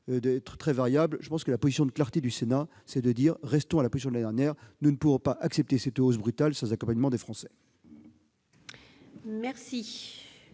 d'être très variables, la position de clarté du Sénat, c'est d'en rester à notre position de l'année dernière : nous ne pouvons pas accepter cette hausse brutale sans accompagnement des Français. Je